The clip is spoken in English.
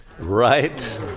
Right